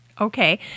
Okay